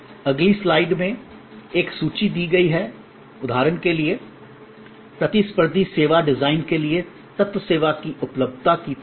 अगली स्लाइड में एक सूची दी गई है उदाहरण के लिए प्रतिस्पर्धी सेवा डिजाइन के लिए तत्व सेवा की उपलब्धता की तरह हैं